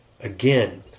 again